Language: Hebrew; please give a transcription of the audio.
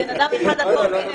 בן אדם אחד על קורקינט.